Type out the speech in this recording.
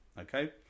Okay